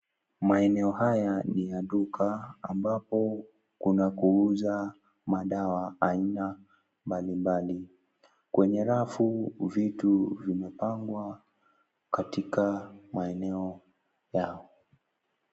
Maeneo haya ni ya duka ambapo kuna kuuza madawa aina mbali mbali kwenye rafu vitu vimepangwa katika maeneo yao.